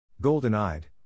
Golden-eyed